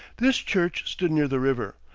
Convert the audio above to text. this church stood near the river,